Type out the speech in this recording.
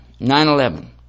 9-11